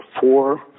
four